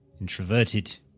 introverted